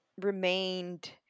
remained